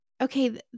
Okay